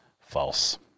False